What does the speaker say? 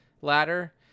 ladder